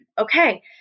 okay